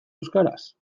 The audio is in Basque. euskaraz